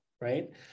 right